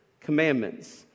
commandments